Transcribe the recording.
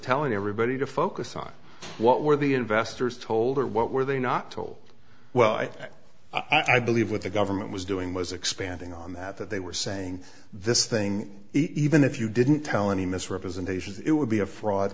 telling everybody to focus on what were the investors told or what were they not told well i believe what the government was doing was expanding on that that they were saying this thing even if you didn't tell any misrepresentations it would be a fraud